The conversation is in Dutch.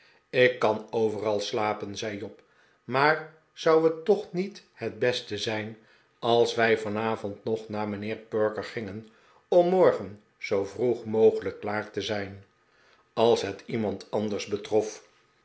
ik kan overal slapen zei job maar zou het toch niet het beste zijn als wij vanavond nog naar mijnheer perker gingen om morgen zoo vroeg mogelijk klaar te zijn als het iemand anders betrof